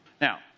Now